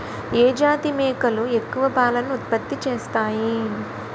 ఏ జాతి మేకలు ఎక్కువ పాలను ఉత్పత్తి చేస్తాయి?